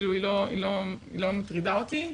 היא לא מטרידה אותי,